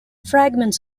fragments